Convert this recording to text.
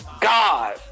God